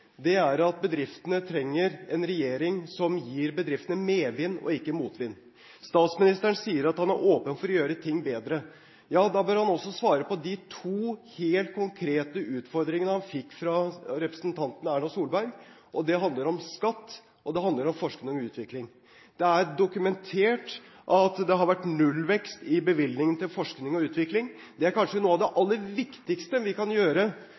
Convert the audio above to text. er at bedriftene trenger en regjering som gir bedriftene medvind og ikke motvind. Statsministeren sier at han er åpen for å gjøre ting bedre. Da bør han også svare på de to helt konkrete utfordringene han fikk fra representanten Erna Solberg. Det handler om skatt, og det handler om forskning og utvikling. Det er dokumentert at det har vært nullvekst i bevilgningene til forskning og utvikling. Å bevilge til forskning og utvikling er kanskje noe av det aller viktigste vi kan gjøre